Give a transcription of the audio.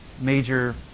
major